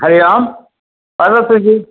हरिः ओं वदतु जि